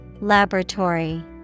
laboratory